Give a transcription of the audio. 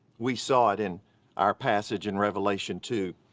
we saw it in our passage in revelation two,